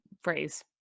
phrase